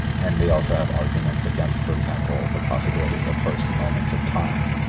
and they also have arguments against, for example, the possibility of a first moment of time,